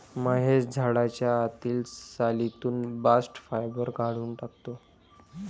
महेश झाडाच्या आतील सालीतून बास्ट फायबर काढून टाकतो